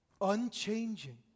unchanging